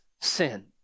sin